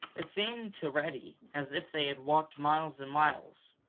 it seemed to reddy as if they had walked miles and miles.